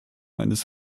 eines